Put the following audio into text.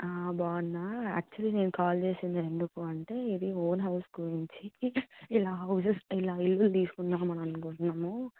బాగున్నాను యాక్చుయల్లీ నేను కాల్ చేసింది ఎందుకు అంటే ఇది ఓన్ హౌస్ గురించి ఇలా హౌసెస్ ఇలా ఇల్లులు తీసుకుందాం అని అనుకుంటున్నాము